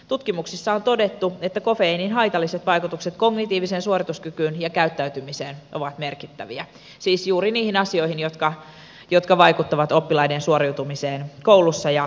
tutkimuksissa on todettu että kofeiinin haitalliset vaikutukset kognitiiviseen suorituskykyyn ja käyttäytymiseen ovat merkittäviä siis juuri niihin asioihin jotka vaikuttavat oppilaiden suoriutumiseen koulussa ja koulurauhaan